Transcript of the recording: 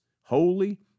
holy